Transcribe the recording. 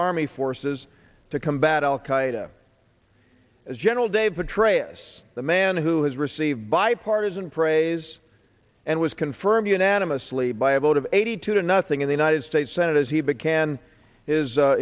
army forces to combat al qaeda as general dave petraeus the man who has received bipartisan praise and was confirmed unanimously by a vote of eighty two to nothing in the united states senate as he began is